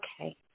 Okay